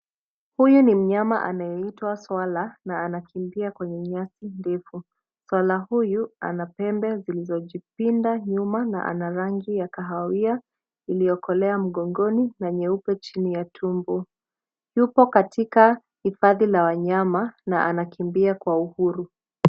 Huyu ni mnyama anayeitwa swala na anakimbia kwenye nyasi ndefu. Swala huyu ana pembe zilizojipinda nyuma na ana rangi ya kahawia iliyokolea mgongoni na nyeupe chini ya tumbo. Yupo katika hifadhi la wanyama na anakimbia kwa uhuru.